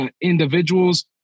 individuals